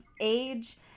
age